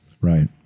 Right